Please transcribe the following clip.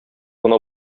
гына